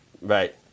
right